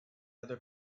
other